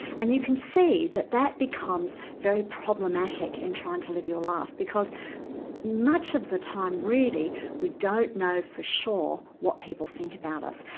and you can see that that becomes very problematic in trying to live your life because much of the time really we don't know for sure what people think about us.